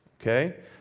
okay